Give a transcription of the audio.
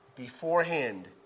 beforehand